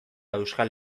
euskal